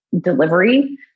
delivery